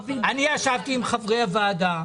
אני ישבתי עם חברי הוועדה,